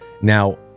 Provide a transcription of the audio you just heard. Now